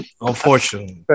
unfortunately